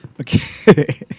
okay